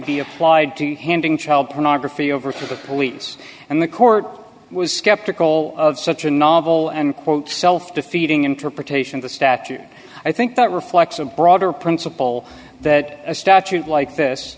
be applied to handing child pornography over to the police and the court was skeptical of such a novel and quote self defeating interpretation of the statute i think that reflects a broader principle that a statute like this